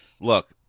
Look